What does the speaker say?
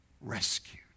rescued